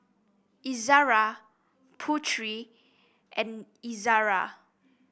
Izzara Putri and Izzara